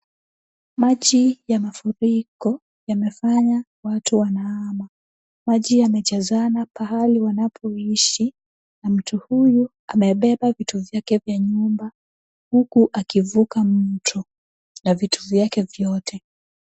Maji ya mafuriko yanafanya watu wanahama. Maji yamejazana pahali wanapoishi na mtu huyu amebeba vitu vyake vya nyumba huku akivuka mto na vitu vyake vyote.